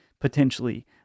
potentially